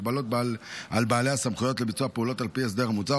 הגבלות על בעלי הסמכויות לביצוע פעולות על פי ההסדר המוצע,